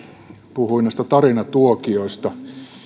puhui näistä tarinatuokioista